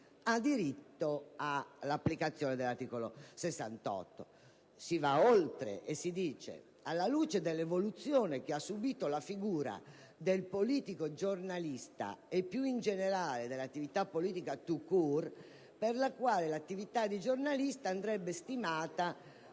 diritto all'applicazione dell'articolo 68. Si va anche oltre quando ci si richiama all'evoluzione che ha subito la figura del politico-giornalista e, più in generale, l'attività politica *tout court*, per la quale l'attività di giornalista andrebbe stimata